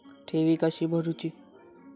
ठेवी कशी भरूची?